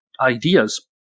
ideas